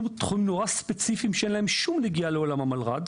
בתחומים מאוד ספציפיים שאין להם שום נגיעה לעולם המלר"ד,